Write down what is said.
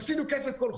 להפסיד כסף,